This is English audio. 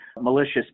malicious